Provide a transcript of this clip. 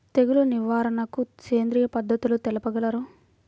తెగులు నివారణకు సేంద్రియ పద్ధతులు తెలుపగలరు?